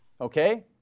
okay